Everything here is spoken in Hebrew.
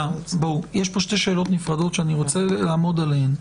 יש פה שתי שאלות נפרדות ואני רוצה לעמוד עליהן.